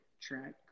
track